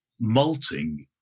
malting